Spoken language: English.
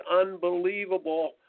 unbelievable